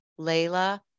Layla